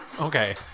Okay